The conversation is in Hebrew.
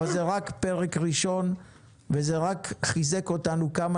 אבל זה רק בפרק ראשון וזה רק חיזק אותנו לכמה